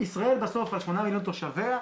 ישראל בסוף על שמונה מיליון תושביה,